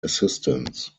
assistance